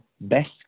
best